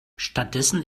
stattdessen